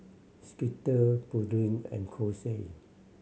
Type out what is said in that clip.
Skittle Pureen and Kose